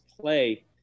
play